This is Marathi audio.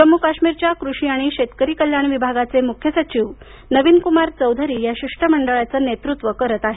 जम्मू काश्मीरच्या कृषी आणि शेतकरी कल्याण विभागाचे मुख्य सचिव नवीन कुमार चौधरी या शिष्टमंडळाचं नेतृत्व करत आहेत